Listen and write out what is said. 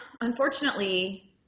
unfortunately